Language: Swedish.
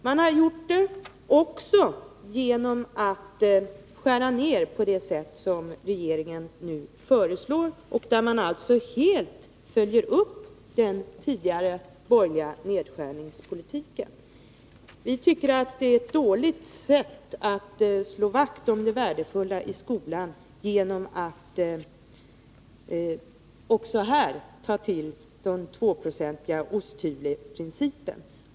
Man har gjort det också genom att skära ned på det sätt som regeringen nu föreslår och där man alltså helt följer upp den tidigare borgerliga nedskärningspolitiken. Vi tycker att det är ett dåligt sätt att slå vakt om det värdefulla i skolan när man också här tar till den 2-procentiga osthyvelsprincipen.